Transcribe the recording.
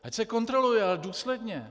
Ať se kontroluje, ale důsledně.